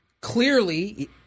clearly